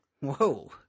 Whoa